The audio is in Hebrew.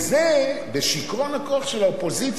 זה לא היה מלכתחילה, הפסיקה